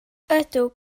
ydw